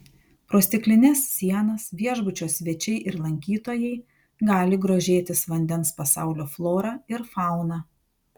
pro stiklines sienas viešbučio svečiai ir lankytojai gali grožėtis vandens pasaulio flora ir fauna